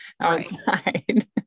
outside